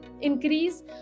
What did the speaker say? increase